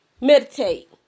meditate